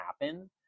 happen